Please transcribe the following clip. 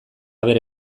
bere